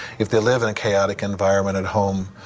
if a live in a chaotic environment at home,